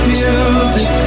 music